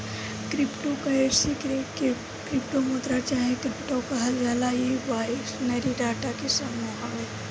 crypto currency के crypto मुद्रा चाहे क्रिप्टो कहल जाला इ बाइनरी डाटा के समूह हवे